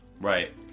right